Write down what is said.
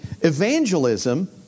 evangelism